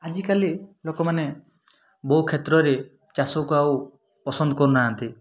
ଆଜିକାଲି ଲୋକ ମାନେ ବହୁ କ୍ଷେତ୍ରରେ ଚାଷକୁ ଆଉ ପସନ୍ଦ କରୁନାହାଁନ୍ତି